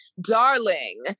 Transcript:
darling